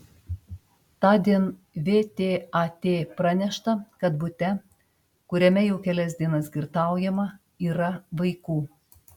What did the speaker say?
tądien vtat pranešta kad bute kuriame jau kelias dienas girtaujama yra vaikų